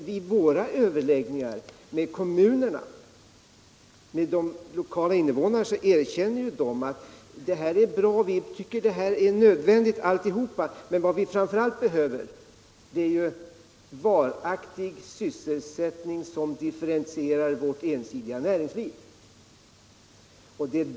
Vid våra överläggningar med invånarna i kommunerna har de erkänt att de tycker att detta är bra och nödvändiga åtgärder men att vad de framför allt behöver är varaktig sysselsättning som differentierar det ensidiga näringslivet.